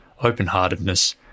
open-heartedness